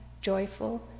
joyful